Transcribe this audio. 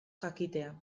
jakitea